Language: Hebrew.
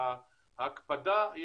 מחוץ לחדר,